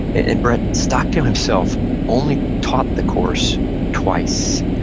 and, brett, stockdale himself only taught the course twice,